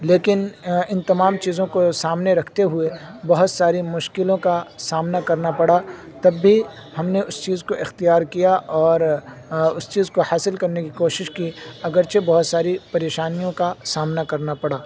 لیکن ان تمام چیزوں کو سامنے رکھتے ہوئے بہت ساری مشکلوں کا سامنا کرنا پڑا تب بھی ہم نے اس چیز کو اختیار کیا اور اس چیز کو حاصل کرنے کی کوشش کی اگرچہ بہت ساری پریشانیوں کا سامنا کرنا پڑا